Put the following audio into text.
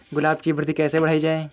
गुलाब की वृद्धि कैसे बढ़ाई जाए?